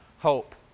Hope